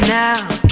now